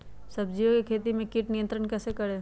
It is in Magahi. सब्जियों की खेती में कीट नियंत्रण कैसे करें?